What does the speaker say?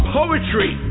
poetry